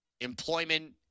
employment